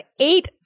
eight